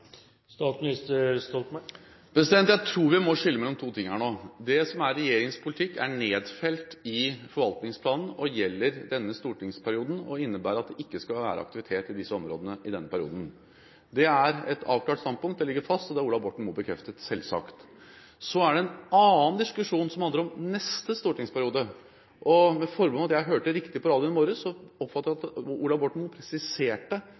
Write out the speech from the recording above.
Jeg tror vi må skille mellom to ting her nå: Det som er regjeringens politikk, er nedfelt i forvaltningsplanen og gjelder denne stortingsperioden og innebærer at det ikke skal være aktivitet i disse områdene i denne perioden. Det er et avklart standpunkt, det ligger fast, og det har Ola Borten Moe bekreftet – selvsagt. En annen diskusjon handler om neste stortingsperiode. Med forbehold om at jeg hørte riktig på radioen i morges, oppfattet jeg at Ola Borten Moe presiserte